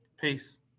Peace